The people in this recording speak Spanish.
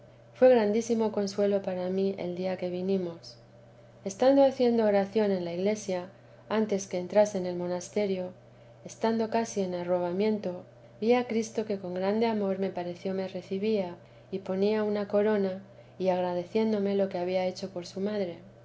fué grandísimo consuelo para mí el día que vinimos estando haciendo oración en la iglesia antes que entrase en el monasterio estando casi en arrobamiento vi a cristo que con grande amor me pareció me recibía y ponía una corona y agradeciéndome lo que había hecho por su madre